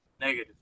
Negative